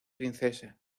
princesa